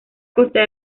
costa